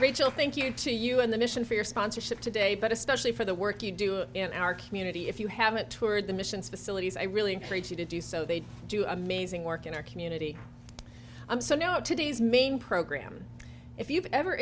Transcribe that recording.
rachel thank you to you and the mission for your sponsorship today but especially for the work you do in our community if you haven't toured the missions facilities i really hate you to do so they do amazing work in our community i'm so now today's main program if you've ever